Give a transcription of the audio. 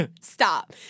stop